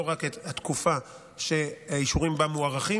לא רק את התקופה שהאישורים בה מוארכים,